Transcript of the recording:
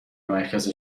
مرکز